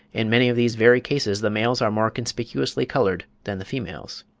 in many of these very cases the males are more conspicuously coloured than the females.